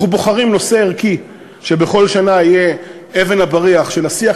אנחנו בוחרים נושא ערכי שבכל שנה יהיה אבן הבריח של השיח.